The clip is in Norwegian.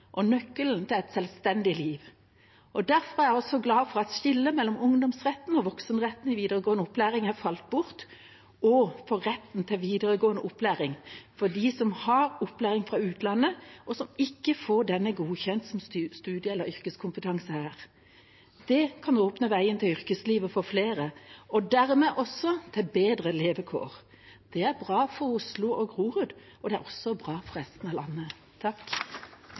og nøkkelen til et selvstendig liv. Derfor er jeg også glad for at skillet mellom ungdomsretten og voksenretten i videregående opplæring er falt bort, og for retten til videregående opplæring for dem som har opplæring fra utlandet, og som ikke får denne godkjent som studie- eller yrkeskompetanse her. Det kan åpne veien til yrkeslivet for flere og dermed også bedre levekår. Det er bra for Oslo og Grorud, og det er også bra for resten av landet.